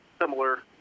similar